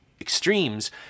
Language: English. extremes